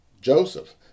Joseph